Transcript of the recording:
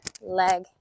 leg